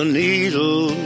needle